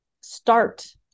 start